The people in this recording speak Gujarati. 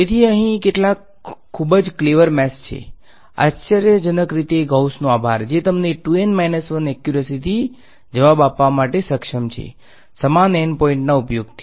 તેથી કેટલાક ત્યાં ખૂબ જ ક્લેવર મેથ્સ છે આશ્ચર્યજનક રીતે ગૌસનો આભાર જે તમને 2 N 1 એક્યુરસી થી જવાબ આપવા સક્ષમ છે સમાન N પોઈન્ટના ઉપયોગથી